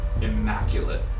immaculate